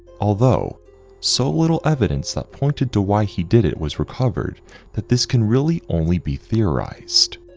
although so little evidence that pointed to why he did it was recovered that this can really only be theorized.